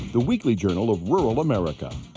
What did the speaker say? the weekly journal of rural america.